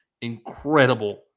incredible